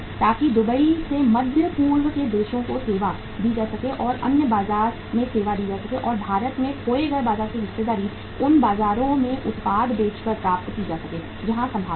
ताकि दुबई से मध्य पूर्व के देशों को सेवा दी जा सके या उनके बाजार में सेवा की जा सके और भारत में खोए हुए बाजार में हिस्सेदारी उन बाजारों में उत्पाद बेचकर प्राप्त की जा सके जहां संभावना है